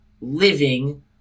living